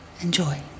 Enjoy